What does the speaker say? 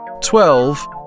twelve